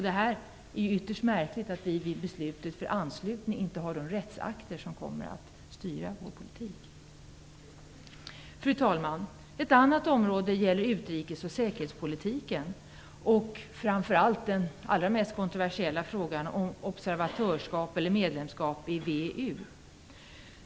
Det är ytterst märkligt att vi vid beslutet om anslutning inte har de rättsakter som kommer att styra vår politik. Fru talman! Andra områden är utrikes och säkerhetspolitiken och framför allt - det är det allra mest kontroversiella - frågan om observatörskap eller medlemskap i VEU.